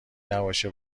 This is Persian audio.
نباشه